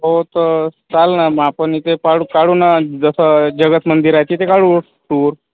हो तर चाल ना मग आपण इथे पाडू काढू ना जसं जगत मंदिर आहे तिथे काढू टूर